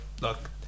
look